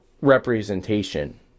representation